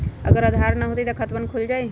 अगर आधार न होई त खातवन खुल जाई?